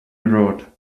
rude